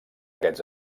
aquests